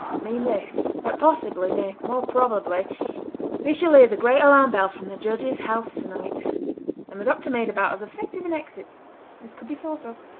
mean this that possibly nay, more probably we shall hear the great alarm bell from the judge's house tonight and the doctor made about as effective an exit as could be thought of.